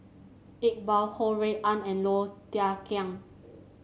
Iqbal Ho Rui An and Low Thia Khiang